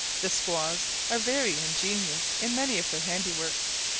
the squaws are very ingenious in many of their handiworks.